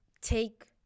take